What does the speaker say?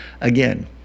Again